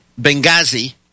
Benghazi